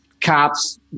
cops –